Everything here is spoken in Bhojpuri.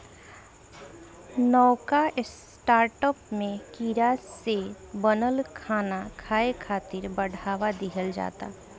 नवका स्टार्टअप में कीड़ा से बनल खाना खाए खातिर बढ़ावा दिहल जाता